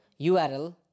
url